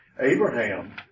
Abraham